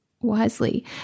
wisely